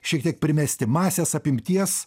šiek tiek primesti masės apimties